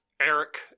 Eric